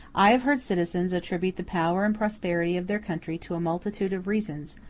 i have heard citizens attribute the power and prosperity of their country to a multitude of reasons,